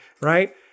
right